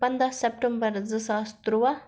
پنٛداہ سٮ۪پٹَمبَر زٕ ساس تُرٛواہ